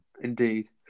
Indeed